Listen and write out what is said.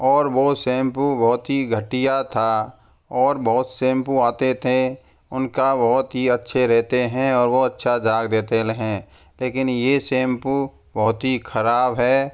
और वो शैम्पू बहुत ही घटिया था और बहुत शैम्पू आते थे उनका बहुत ही अच्छे रहते हैं और वो अच्छा झाग देते हैं लेकिन यह शैम्पू बहुत ही ख़राब हैं